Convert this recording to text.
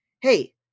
hey